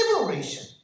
liberation